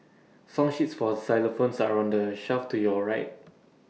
song sheets for xylophones are on the shelf to your right